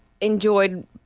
enjoyed